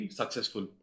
successful